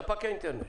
ספק אינטרנט.